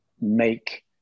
make